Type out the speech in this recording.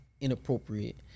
inappropriate